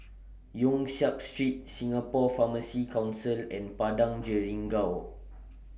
Yong Siak Street Singapore Pharmacy Council and Padang Jeringau